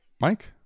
Mike